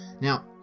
Now